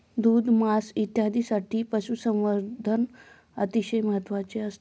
दूध, मांस इत्यादींसाठी पशुसंवर्धन अतिशय महत्त्वाचे असते